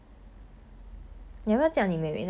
等一下我 text 他 liao